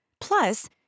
Plus